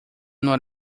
not